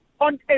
on